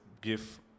give